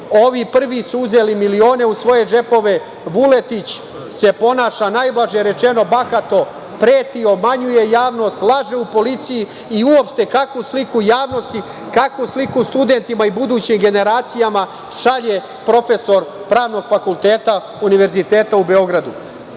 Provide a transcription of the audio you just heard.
prvi su uzeli milione u svoje džepove, Vuletić se ponaša, najblaže rečeno, bahato, preti, obmanjuje javnost, laže u policiji i uopšte, kakvu sliku javnosti, kakvu sliku studentima i budućim generacijama šalje profesor Pravnog fakulteta Univerziteta u Beogradu? Želim